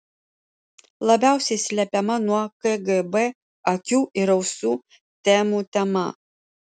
labiausiai slepiama nuo kgb akių ir ausų temų tema